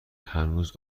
هنوز